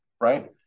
right